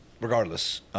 regardless